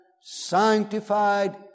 sanctified